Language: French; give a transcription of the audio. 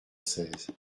seize